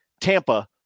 tampa